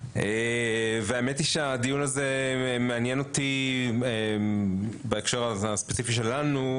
שהם --- האמת היא שהדיון הזה מעניין בהקשר הספציפי שלנו,